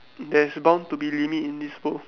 there's bound to be limit in this world